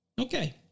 Okay